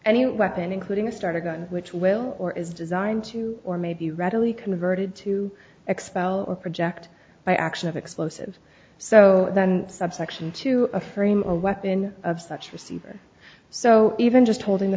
any weapon including a starter gun which will or is designed to or may be readily converted to expel or project by action of explosive so then subsection to a frame a weapon of such receiver so even just holding the